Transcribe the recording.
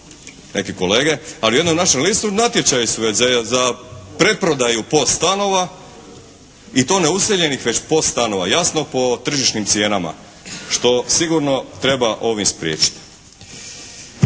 neki kolege, ali u jednom našem listu natječaji su već za preprodaju POS stanova i to neuseljenih POS stanova, jasno po tržišnim stanovima što sigurno treba ovim spriječiti.